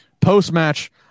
Post-match